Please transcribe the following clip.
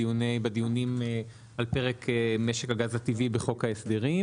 בדיונים על פרק משק הגז הטבעי בחוק ההסדרים